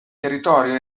territorio